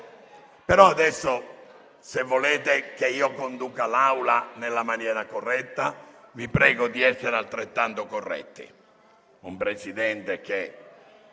però, colleghi, se volete che conduca l'Assemblea nella maniera corretta, vi prego di essere altrettanto corretti.